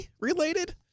related